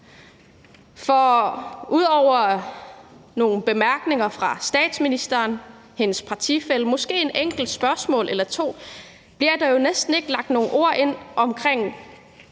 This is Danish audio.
Ud over nogle bemærkninger fra statsministeren, hendes partifælle og måske et enkelt spørgsmål eller to bliver der næsten ikke lagt nogen ord ind om